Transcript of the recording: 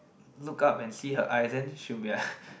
look up and see her eyes then she'll be like